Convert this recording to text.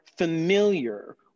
familiar